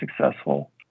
successful